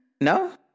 No